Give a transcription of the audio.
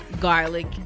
garlic